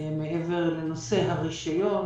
מעבר לנושא הרישיון.